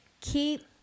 Keep